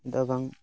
ᱪᱮᱫᱟᱜ ᱵᱟᱝ